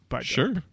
sure